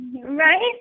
Right